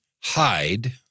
hide